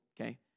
okay